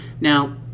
Now